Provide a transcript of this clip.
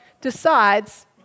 decides